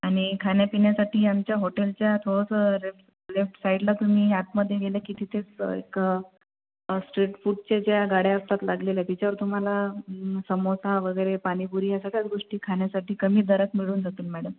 आणि खाण्यापिण्यासाठी आमच्या हॉटेलच्या थोडासा लेफ्ट लेफ्ट साईडला तुम्ही आतमध्ये गेले की तिथेच एक स्ट्रीट फूडच्या ज्या गाड्या असतात लागलेल्या तिच्यावर तुम्हाला सामोसा वगैरे पाणीपुरी ह्या सगळ्याच गोष्टी खाण्यासाठी कमी दरात मिळून जातील मॅडम